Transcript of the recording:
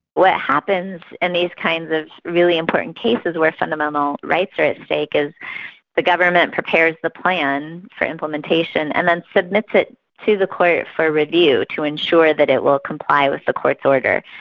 what happens in these kinds of really important cases where fundamental rights are at stake is the government prepares the plan for implementation implementation and then submits it to the court for review, to ensure that it will comply with the court's order.